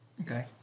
Okay